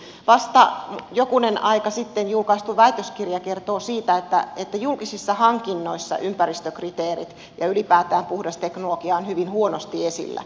vasta jokunen aika sitten julkaistu väitöskirja kertoo siitä että julkisissa hankinnoissa ympäristökriteerit ja ylipäätään puhdas teknologia on hyvin huonosti esillä